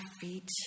feet